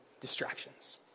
distractions